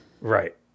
Right